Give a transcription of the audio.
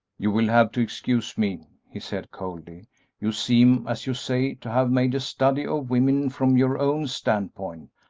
you will have to excuse me, he said, coldly you seem, as you say, to have made a study of women from your own standpoint,